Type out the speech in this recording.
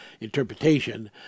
interpretation